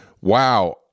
wow